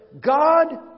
God